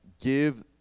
give